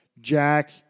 Jack